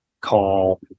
call